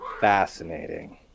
fascinating